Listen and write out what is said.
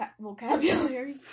vocabulary